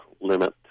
limit